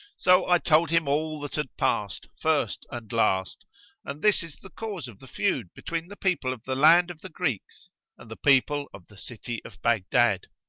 so i told him all that had passed, first and last and this is the cause of the feud between the people of the land of the greeks and the people of the city of baghdad.